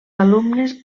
alumnes